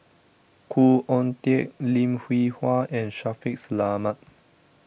Khoo Oon Teik Lim Hwee Hua and Shaffiq Selamat